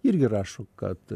irgi rašo kad